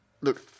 Look